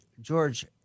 George